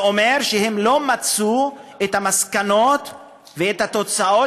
זה אומר שהם לא מיצו את המסקנות ואת התוצאות